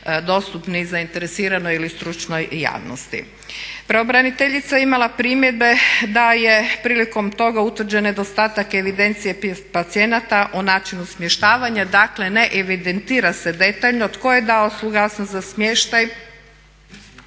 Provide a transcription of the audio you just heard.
dostupni zainteresiranoj ili stručnoj javnosti. Pravobraniteljica je imala primjedbe da je prilikom toga utvrđen nedostatak evidencije pacijenata o načinu smještavanja dakle ne evidentira se detaljno tko je dao suglasnost za smještaj.